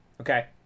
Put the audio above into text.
Okay